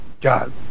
God